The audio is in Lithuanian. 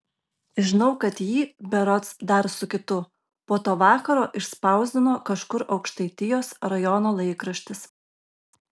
žinau kad jį berods dar su kitu po to vakaro išspausdino kažkur aukštaitijos rajono laikraštis